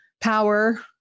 power